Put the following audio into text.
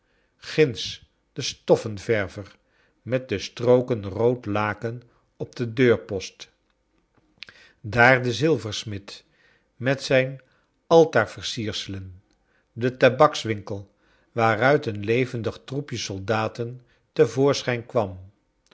ginds de stoffenverver met de strooken rood laken op den deurpost daar de zilversmid met zijn altaarversierselen de tabakswinkel waaruit een levendig troepje soldaten te voorschijn kwam